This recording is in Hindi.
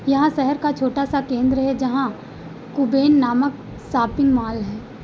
यहाँ शहर का छोटा सा केंद्र है जहाँ कुबेन नामक शॉपिंग मॉल है